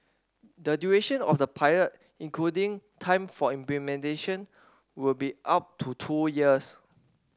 the duration of the pilot including time for implementation will be up to two years